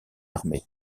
armée